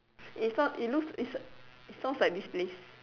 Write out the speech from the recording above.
it's not it looks it's sounds like this place